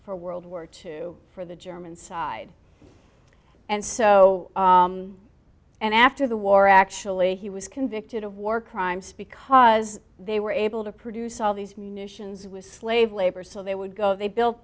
for world war two for the german side and so and after the war actually he was convicted of war crimes because they were able to produce all these munitions with slave labor so they would go they built